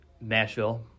Nashville